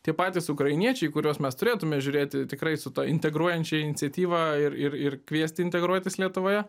tie patys ukrainiečiai kuriuos mes turėtume žiūrėti tikrai su ta integruojančia iniciatyva ir ir ir kviesti integruotis lietuvoje